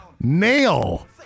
Nail